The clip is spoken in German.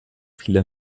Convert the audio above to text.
vieler